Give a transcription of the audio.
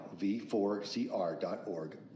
v4cr.org